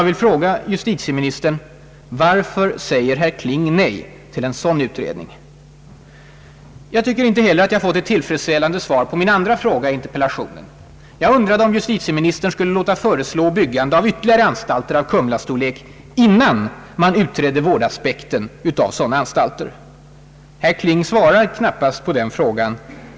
Varför säger herr Kling nej till en sådan utredning? Jag tycker inte heller att jag fått ett tillfredsställande svar på min andra fråga i interpellationen. Jag undrade om justitieministern skulle låta föreslå byggandet av ytterligare anstalter av Kumla-storlek, innan man utredde vårdaspekten på sådana anstalter. Herr Kling svarar knappast på den frågan.